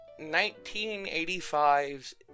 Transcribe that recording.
1985's